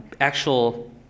actual